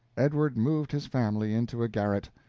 edward moved his family into a garret,